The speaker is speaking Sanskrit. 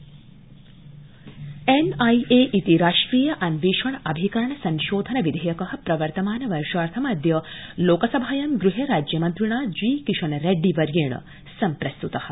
N I A N I A इति राष्ट्रिय अन्वेषण अभिकरण संशोधन विधेयक प्रर्वतनमान वर्षार्थमद्य लोकसभायां गृह राज्यमन्त्रिणा जी किशन रेड्डी वर्येण प्रस्त्तः